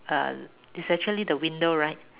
uh is actually the window right